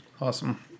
Awesome